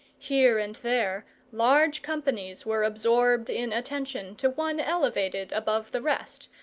here and there large companies were absorbed in attention to one elevated above the rest,